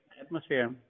atmosphere